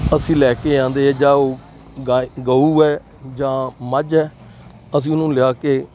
ਅਸੀਂ ਲੈ ਕੇ ਆਉਂਦੇ ਹੈ ਜਾਂ ਉਹ ਗਾਏ ਗਊ ਹੈ ਜਾਂ ਮੱਝ ਹੈ ਅਸੀਂ ਉਹਨੂੰ ਲਿਆ ਕੇ